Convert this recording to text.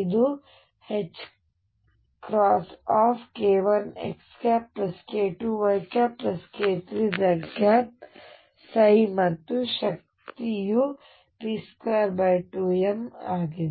ಇದು k1xk2yk3z ಮತ್ತು ಶಕ್ತಿಯು p22m ಆಗಿದೆ